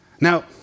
Now